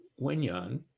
wenyan